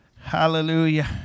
hallelujah